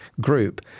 group